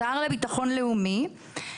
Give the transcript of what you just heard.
השר לביטחון לאומי,